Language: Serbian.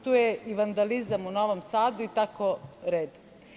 Tu je i vandalizam u Novom Sadu i tako redom.